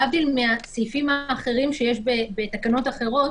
להבדיל מהסעיפים האחרים שיש בתקנות אחרות,